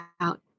out